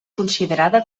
considerada